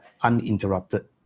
uninterrupted